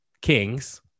kings